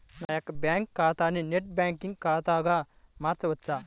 నా యొక్క బ్యాంకు ఖాతాని నెట్ బ్యాంకింగ్ ఖాతాగా మార్చవచ్చా?